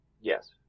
yes